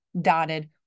dotted